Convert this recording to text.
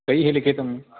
कैः लिखितम्